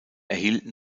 erhielten